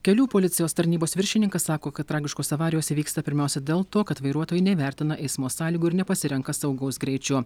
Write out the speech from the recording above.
kelių policijos tarnybos viršininkas sako kad tragiškos avarijos įvyksta pirmiausia dėl to kad vairuotojai neįvertina eismo sąlygų ir nepasirenka saugaus greičio